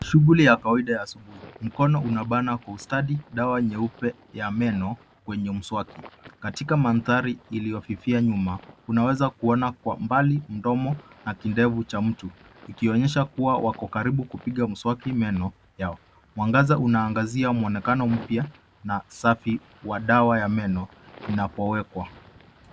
Shughuli ya kawaida ya asubuhi mkono unabana kwa ustadi dawa nyeupe ya meno kwenye mswaki ,katika mandhari iliyofifia nyuma unaweza kuona kwa mbali mdomo na kidevu cha mtu ikionyesha kuwa wako karibu kupiga mswaki meno yao, mwangaza unaangazia mwonekano mpya na safi wa dawa ya meno inapowekwa.